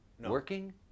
Working